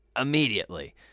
immediately